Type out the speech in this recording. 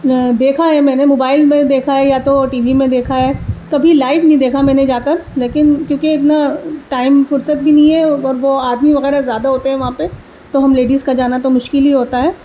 دیکھا ہے میں نے موبائل میں دیکھا ہے یا تو ٹی وی میں دیکھا ہے کبھی لائیو نہیں دیکھا میں نے جا کر لیکن کیونکہ اتنا ٹائم فرصت بھی نہیں ہے اور وہ آدمی وغیرہ زیادہ ہوتے ہیں وہاں پہ تو ہم لیڈیز کا جانا تو مشکل ہی ہوتا ہے